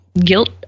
guilt